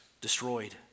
destroyed